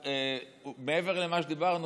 מעבר למה שדיברנו,